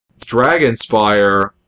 Dragonspire